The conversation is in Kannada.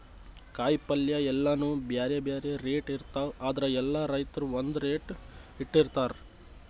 ಕಾಯಿಪಲ್ಯ ಎಲ್ಲಾನೂ ಬ್ಯಾರೆ ಬ್ಯಾರೆ ರೇಟ್ ಇರ್ತವ್ ಆದ್ರ ಎಲ್ಲಾ ರೈತರ್ ಒಂದ್ ರೇಟ್ ಇಟ್ಟಿರತಾರ್